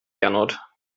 gernot